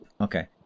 Okay